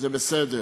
זה בסדר,